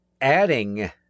adding –